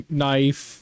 knife